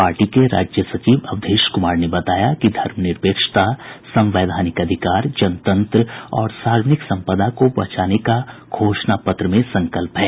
party के राज्य सचिव अवधेश कुमार ने बताया कि धर्मनिरपेक्षता संवेधानिक अधिकार जनतंत्र और सार्वजनिक सम्पदा को बचाने का घोषणा पत्र में संकल्प है